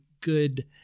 good